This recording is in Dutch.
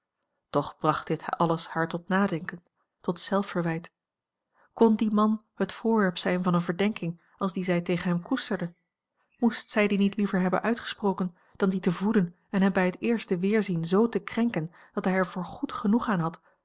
bracht dit alles haar tot nadenken tot zelfverwijt kon die man het voorwerp zijn van eene verdenking als die zij tegen hem koesterde moest zij die niet liever hebben uitgesproken dan die te voeden en hem bij het eerste weerzien zoo te krenken dat hij er voor goed genoeg aan had